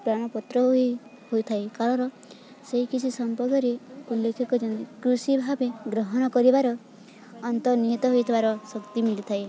ପ୍ରମାଣପତ୍ର ହୋଇ ହୋଇଥାଏ କାରଣ ସେହିକଛି ସମ୍ପର୍କରେ ଉଲ୍ଲେଖ କରନ୍ତି କୃଷି ଭାବେ ଗ୍ରହଣ କରିବାର ଅନ୍ତ ନିହିତ ହେୋଇଥିବାର ଶକ୍ତି ମିଳିଥାଏ